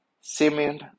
Simeon